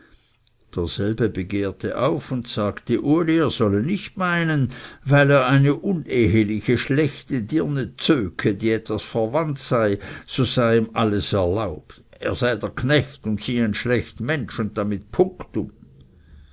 derselbe begehrte auf und sagte uli er solle nicht meinen weil er eine unehliche schlechte dirne zöke die etwas verwandt sei so sei ihm alles erlaubt er sei der knecht und sie ein schlecht mensch und damit punktum